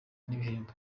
n’ibihembo